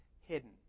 hidden